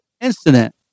incident